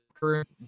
current